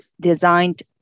designed